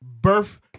Birth